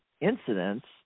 incidents